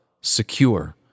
secure